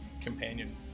companion